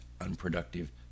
unproductive